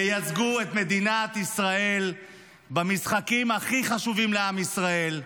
ייצגו את מדינת ישראל במשחקים הכי חשובים לעם ישראל.